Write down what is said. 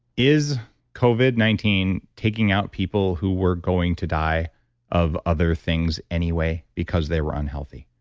is covid nineteen taking out people who were going to die of other things anyway because they were unhealthy?